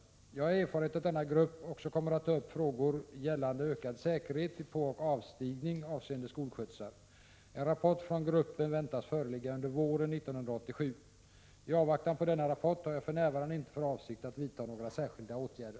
Jag har erfarit att denna grupp också kommer att ta upp frågor gällande ökad säkerhet vid påoch avstigning avseende skolskjutsar. En rapport från gruppen väntas föreligga under våren 1987. I avvaktan på denna rapport har jag för närvarande inte för avsikt att vidta några särskilda åtgärder.